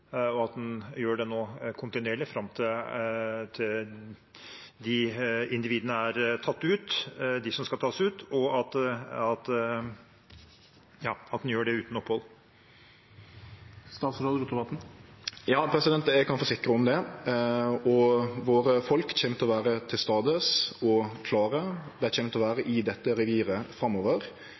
og at en gjør det nå, kontinuerlig, fram til de individene som skal tas ut, er tatt ut. Ja, eg kan forsikre om det. Våre folk kjem til å vere til stades og klare. Dei kjem til å vere i dette reviret framover,